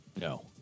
No